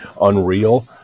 unreal